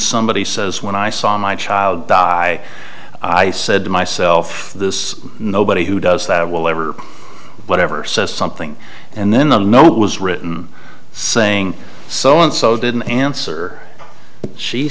somebody says when i saw my child die i said to myself this nobody who does that will ever whatever says something and then the note was written saying so and so didn't answer she